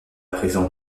prison